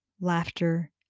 laughter